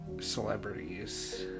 celebrities